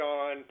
on